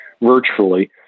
virtually